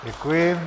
Děkuji.